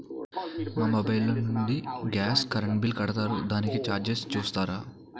మా మొబైల్ లో నుండి గాస్, కరెన్ బిల్ కడతారు దానికి చార్జెస్ చూస్తారా?